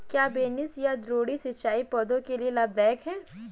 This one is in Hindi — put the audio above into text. क्या बेसिन या द्रोणी सिंचाई पौधों के लिए लाभदायक है?